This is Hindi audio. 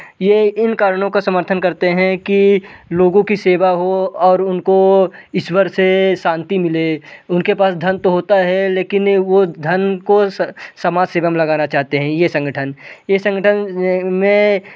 ये इन कारणों का समर्थन करते हैं कि लोगों की सेवा हो और उनको ईश्वर से शांति मिले उनके पास धन तो होता है लेकिन वो धन को समाज सेवा में लगाना चाहते हैं ये संगठन ये संगठन में